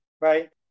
right